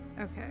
Okay